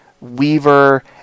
Weaver